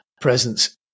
presence